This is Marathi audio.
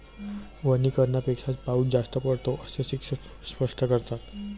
वनीकरणापेक्षा पाऊस जास्त पडतो, असे शिक्षक स्पष्ट करतात